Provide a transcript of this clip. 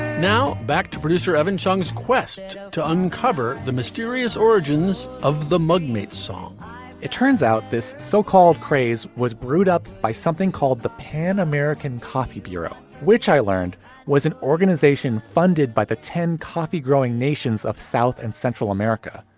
now back to producer evan chung's quest to uncover the mysterious origins of the mug song it turns out this so-called craze was brewed up by something called the pan-american coffee bureau, which i learned was an organization funded by the ten coffee growing nations of south and central america.